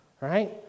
Right